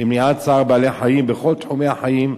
למניעת צער בעלי-חיים בכל תחומי החיים.